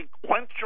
sequential